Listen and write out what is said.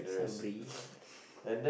Sabri yeah